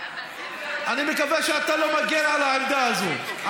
אני מקווה שאתה לא מגן על העמדה הזאת.